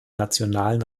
nationalen